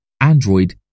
Android